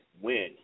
win